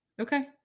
okay